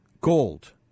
Gold